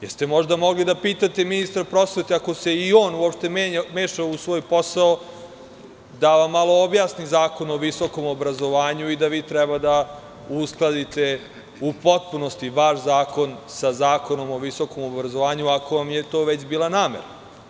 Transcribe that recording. Jeste možda mogli da pitate i ministra prosvete, ako se i on uopšte meša u svoj posao, da vam malo objasni Zakon o visokom obrazovanju i da vi treba da uskladite u potpunosti vaš zakon sa Zakonom o visokom obrazovanju, ako vam je to već bila namera.